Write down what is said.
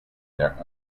their